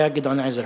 היה גדעון עזרא.